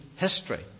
history